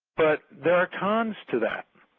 but there are cons to that.